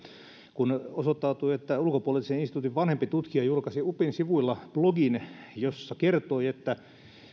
kun osoittautui että ulkopoliittisen instituutin vanhempi tutkija julkaisi upin sivuilla blogin jossa kertoi että